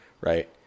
right